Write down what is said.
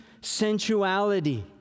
sensuality